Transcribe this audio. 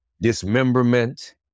Dismemberment